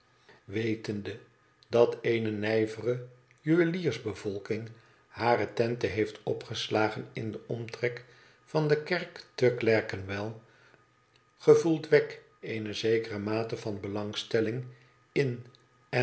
wetende dat eene nijvere juweliersbevolkmg hare tenten heeft opgeslagen in den omtrek van de kerk te clerkenwell gevoelt wegg eene xekere mate van belangstelling in